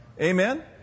Amen